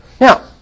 Now